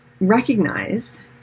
recognize